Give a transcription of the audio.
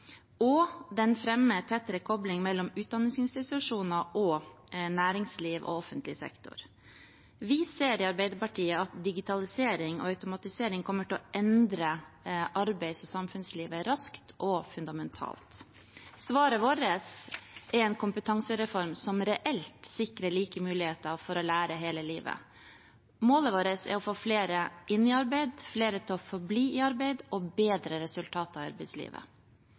og den fremmer tettere kobling mellom utdanningsinstitusjoner, næringsliv og offentlig sektor. Vi ser i Arbeiderpartiet at digitalisering og automatisering kommer til å endre arbeids- og samfunnslivet raskt og fundamentalt. Svaret vårt er en kompetansereform som reelt sikrer like muligheter for å lære hele livet. Målet vårt er å få flere inn i arbeid, flere til å forbli i arbeid og bedre resultater i arbeidslivet.